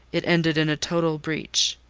it ended in a total breach.